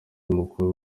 mukuru